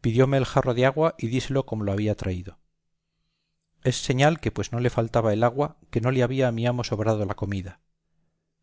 pidióme el jarro del agua y díselo como lo había traído es señal que pues no le faltaba el agua que no le había a mi amo sobrado la comida